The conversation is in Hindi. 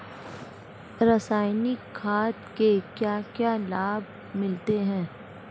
रसायनिक खाद के क्या क्या लाभ मिलते हैं?